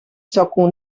cokół